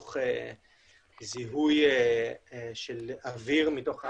מתוך זיהוי של אויר מתוך האף,